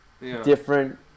different